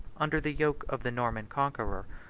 under the yoke of the norman conqueror,